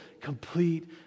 Complete